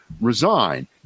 resign